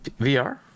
VR